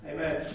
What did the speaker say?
Amen